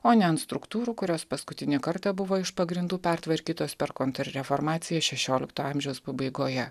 o ne ant struktūrų kurios paskutinį kartą buvo iš pagrindų pertvarkytos per kontreformaciją šešiolikto amžiaus pabaigoje